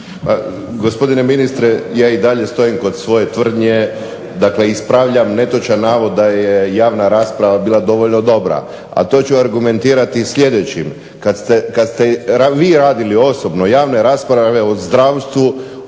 gospdine ministre, ja i dalje stojim kod svoje tvrdnje, dakle ispravljam netočan navod da je javna rasprava bila dovoljno dobra, a to ću argumentirati sljedećim. Kad ste vi radili osobno javne rasprave o zdravstvu,